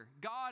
God